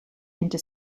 into